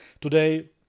today